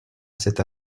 cette